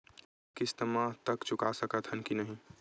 ऋण किस्त मा तक चुका सकत हन कि नहीं?